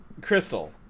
Crystal